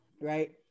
right